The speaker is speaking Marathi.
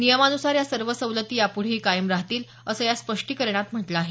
नियमानुसार या सर्व सवलती यापुढेही कायम राहतील असं या स्पष्टीकरणात म्हटलं आहे